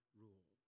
rule